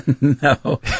No